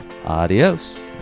Adios